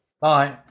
Bye